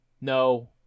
No